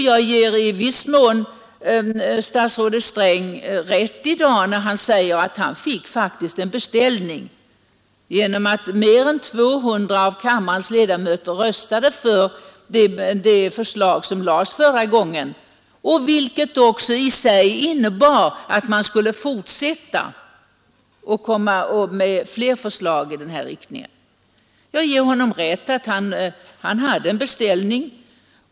Jag ger i viss mån statsrådet Sträng rätt när han säger att han faktiskt fick en beställning genom att mer än 200 av kammarens ledamöter röstade för det förslag som framlades förra gången, vilket också i sig innebar att man skulle fortsätta i samma riktning och komma med flera förslag. Jag ger honom rätt i att han har fått en beställning.